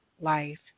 life